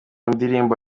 ndirimbo